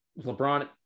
LeBron